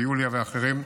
יוליה ואחרים,